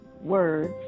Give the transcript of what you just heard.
words